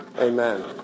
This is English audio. amen